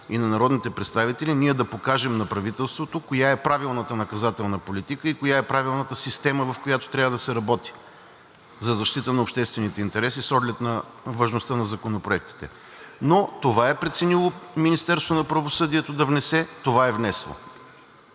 и на народните представители ние да покажем на правителството коя е правилната наказателна политика и коя е правилната система, в която трябва да се работи за защита на обществените интереси с оглед на важността на законопроектите, но това е преценило Министерството на правосъдието да внесе, това е внесло.